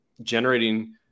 generating